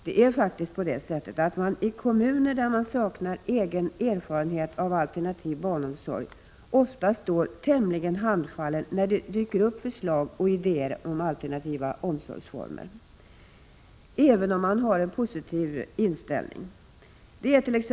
Det är faktiskt på det sättet att man i kommuner där man saknar egen erfarenhet av alternativ barnomsorg ofta står tämligen handfallen, när det dyker upp förslag och idéer om alternativa omsorgsformer, även om man har en positiv inställning.